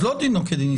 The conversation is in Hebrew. אז לא דינו כדין ישראלי.